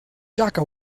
jaka